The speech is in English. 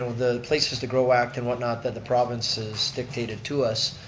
the places to go act and whatnot that the provinces dictated to us,